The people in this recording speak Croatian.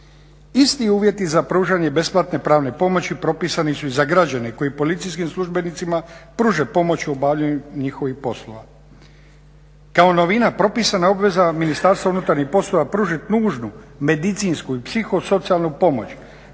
Isti uvjeti za pružanje besplatne pravne pomoći propisani su i za građane koji policijskim službenicima pruže pomoć u obavljanju njihovih poslova. Kao novina propisana je obveza MUP-a pružit nužnu medicinsku i psihosocijalnu pomoć